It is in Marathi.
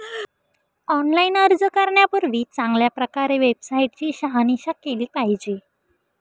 ऑनलाइन अर्ज करण्यापूर्वी चांगल्या प्रकारे वेबसाईट ची शहानिशा केली पाहिजे